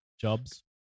Jobs